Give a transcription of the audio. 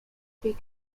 speak